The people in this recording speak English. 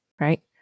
right